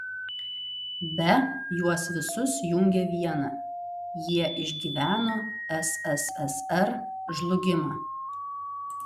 be juos visus jungia viena jie išgyveno sssr žlugimą